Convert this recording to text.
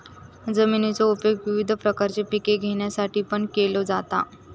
जमिनीचो उपयोग विविध प्रकारची पिके घेण्यासाठीपण केलो जाता